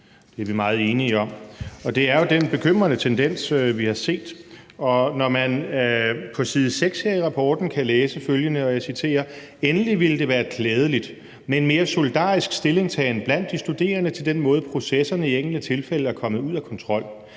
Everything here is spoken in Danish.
Det er vi meget enige i, og det er jo den bekymrende tendens, vi har set. Man kan på side 6 her i rapporten læse følgende – og jeg citerer: Endelig ville det være klædeligt med en mere solidarisk stillingtagen blandt de studerende til den måde, processerne i enkelte tilfælde er kommet ud af kontrol.